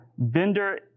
Vendor